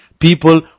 People